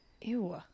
ew